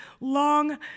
long